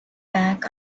back